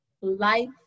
life